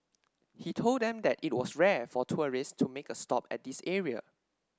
he told them that it was rare for tourists to make a stop at this area